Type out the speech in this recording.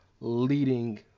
leading